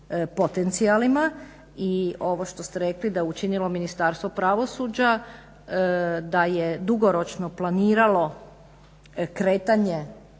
potencijalima. I ovo što ste rekli da je učinilo Ministarstvo pravosuđa da je dugoročno planiralo kretanje